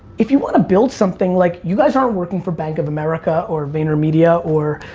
if you wanna build something. like you guys aren't working for bank of america or vayner media, or,